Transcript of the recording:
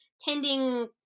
tending